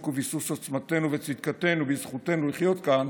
וביסוס של עוצמתנו וצדקתנו בזכותנו לחיות כאן